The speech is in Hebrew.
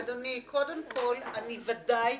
אדוני, קודם כול, אני בוודאי